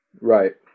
right